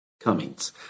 Cummings